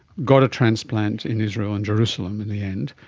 got a transplant in israel and jerusalem in the end,